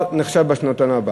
הוא כבר נחשב בשנתון הבא.